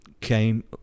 came